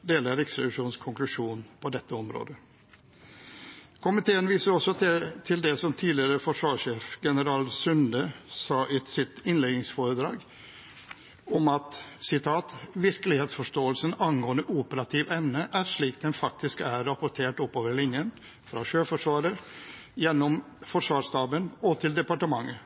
deler Riksrevisjonens konklusjon på dette området. Komiteen viser også til det som tidligere forsvarssjef, general Sunde sa i sitt innledningsforedrag, at virkelighetsforståelsen «angående operativ evne er slik den faktisk er rapportert oppover gjennom linjen, fra Sjøforsvaret, gjennom Forsvarsstaben og til departementet»,